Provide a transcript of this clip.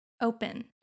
open